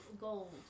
gold